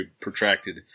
protracted